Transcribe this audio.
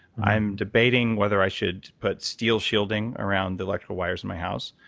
i'm debating whether i should put steel shielding around the electrical wires in my house.